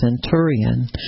centurion